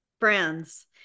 Friends